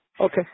Okay